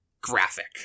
graphic